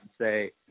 say –